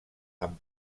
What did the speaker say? amb